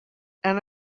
and